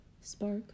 spark